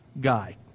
guy